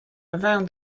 around